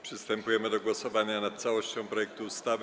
Przystępujemy do głosowania na całością projektu ustawy.